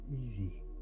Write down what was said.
easy